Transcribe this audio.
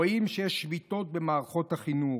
רואים שיש שביתות במערכות החינוך,